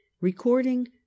recording